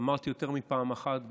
אמרתי יותר מפעם אחת,